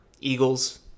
eagles